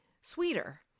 sweeter